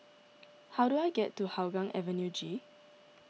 how do I get to Hougang Avenue G